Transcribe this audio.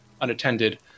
unattended